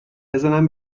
بزنم